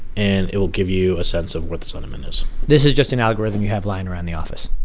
and it will give you a sense of what the sentiment is this is just an algorithm you have lying around the office